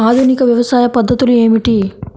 ఆధునిక వ్యవసాయ పద్ధతులు ఏమిటి?